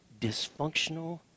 dysfunctional